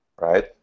right